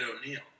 O'Neill